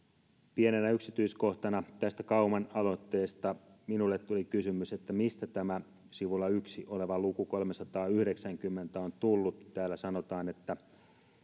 pienenä yksityiskohtana tästä kauman aloitteesta minulle tuli kysymys että mistä tämä sivulla yksi oleva luku kolmesataayhdeksänkymmentä on tullut täällä sanotaan että